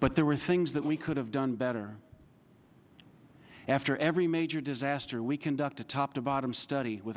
but there were things that we could have done better after every major disaster we conduct a top to bottom study with a